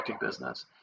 business